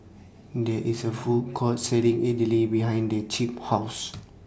There IS A Food Court Selling Idly behind The Chip's House